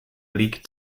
leak